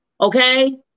Okay